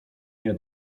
nie